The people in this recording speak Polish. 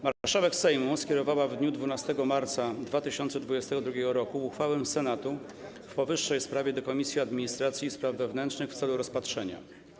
Marszałek Sejmu skierowała w dniu 12 marca 2022 r. uchwałę Senatu w powyższej sprawie do Komisji Administracji i Spraw Wewnętrznych w celu rozpatrzenia.